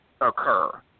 occur